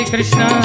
Krishna